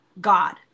God